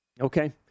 Okay